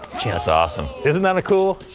it's awesome isn't that a cool.